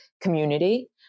community